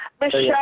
Michelle